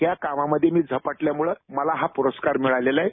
या कामामधे मी झपाटल्यामुळे मला हा पुरस्कार मिळालेला आहे